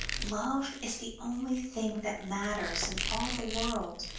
love is the only thing that matters in all the world,